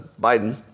Biden